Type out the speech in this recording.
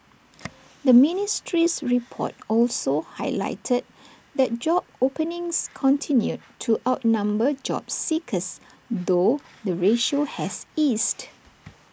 the ministry's report also highlighted that job openings continued to outnumber job seekers though the ratio has eased